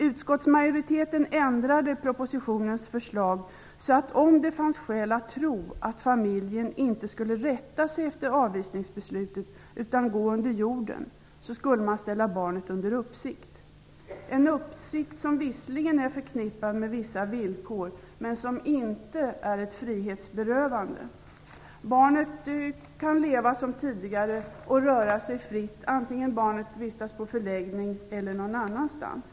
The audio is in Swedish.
Utskottsmajoriteten ändrade propositionens förslag så, att om det fanns skäl att tro att familjen i fråga inte skulle rätta sig efter avvisningsbeslutet, utan gå under jorden, skulle man ställa barnet under uppsikt, en uppsikt som visserligen är förknippad med vissa villkor, men som inte är ett frihetsberövande. Barnet kan leva som tidigare och röra sig fritt, antingen barnet vistas på förläggning eller någon annanstans.